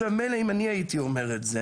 מילא, אם אני הייתי אומר את זה.